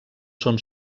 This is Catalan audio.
són